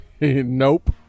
Nope